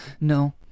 No